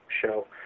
show